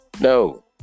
No